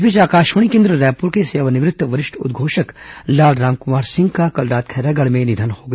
इस बीच आकाशवाणी केन्द्र रायपुर के सेवानिवृत्त वरिष्ठ उद्घोषक लाल रामकुमार सिंह का कल रात खैरागढ़ में निधन हो गया